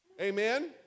amen